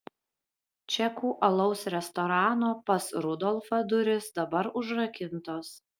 čekų alaus restorano pas rudolfą durys dabar užrakintos